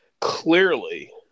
clearly